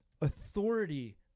Authority